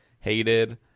hated